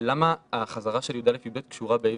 למה החזרה של י"א-י"ב קשורה ב-ה'-ו'?